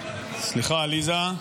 סליחה, עליזה,